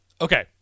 Okay